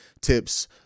tips